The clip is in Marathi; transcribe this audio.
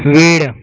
वेळ